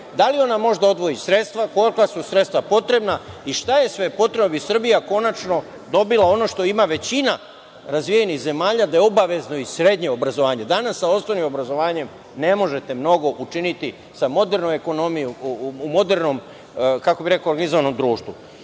da li ona može da odvoji sredstva, kolika su sredstva potrebna i šta je sve potrebno da bi Srbija konačno dobila ono što ima većina razvijenih zemalja, da je obavezno i srednje obrazovanje. Danas sa osnovnim obrazovanjem ne možete mnogo učiniti, sa modernom ekonomijom, u modernom, kako bih rekao, vizuelnom društvu. Mi